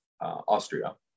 Austria